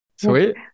Sweet